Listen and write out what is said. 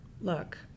look